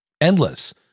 endless